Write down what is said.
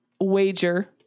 wager